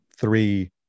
three